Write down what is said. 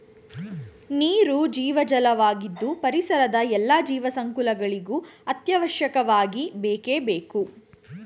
ನೀರು ಜೀವಜಲ ವಾಗಿದ್ದು ಪರಿಸರದ ಎಲ್ಲಾ ಜೀವ ಸಂಕುಲಗಳಿಗೂ ಅತ್ಯವಶ್ಯಕವಾಗಿ ಬೇಕೇ ಬೇಕು